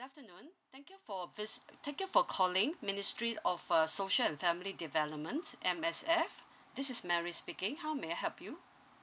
good afternoon thank you for visit thank you for calling ministry of uh social and family developments M_S_F this is mary speaking how may I help you